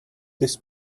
this